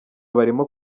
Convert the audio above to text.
barimo